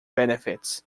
benefits